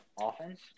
offense